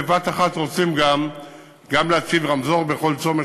בבת-אחת רוצים גם להציב רמזור בכל צומת,